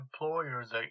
employers